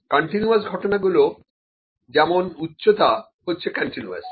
continuous ঘটনাগুলো যেমন উচ্চতা হচ্ছে কন্টিনিউয়াস